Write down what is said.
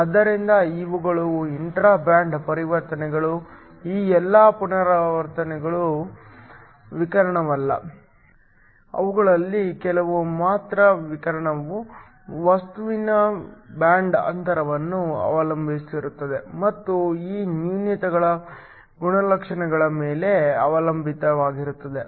ಆದ್ದರಿಂದ ಇವುಗಳು intra band ಪರಿವರ್ತನೆಗಳು ಈ ಎಲ್ಲಾ ಪರಿವರ್ತನೆಗಳು ವಿಕಿರಣವಲ್ಲ ಅವುಗಳಲ್ಲಿ ಕೆಲವು ಮಾತ್ರ ವಿಕಿರಣವು ವಸ್ತುವಿನ ಬ್ಯಾಂಡ್ ಅಂತರವನ್ನು ಅವಲಂಬಿಸಿರುತ್ತದೆ ಮತ್ತು ಈ ನ್ಯೂನತೆಗಳ ಗುಣಲಕ್ಷಣಗಳ ಮೇಲೆ ಅವಲಂಬಿತವಾಗಿರುತ್ತದೆ